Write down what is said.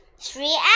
three